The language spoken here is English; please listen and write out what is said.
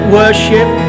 worship